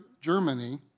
Germany